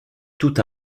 toute